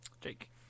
Jake